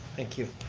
thank you.